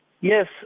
Yes